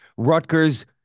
Rutgers